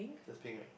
that's pink right